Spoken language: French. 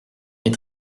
est